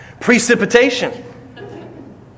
Precipitation